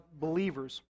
believers